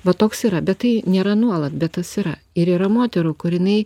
va toks yra bet tai nėra nuolat bet tas yra ir yra moterų kur jinai